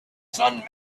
son